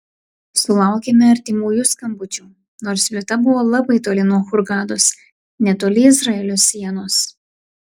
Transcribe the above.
sulaukėme artimųjų skambučių nors vieta buvo labai toli nuo hurgados netoli izraelio sienos